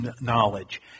knowledge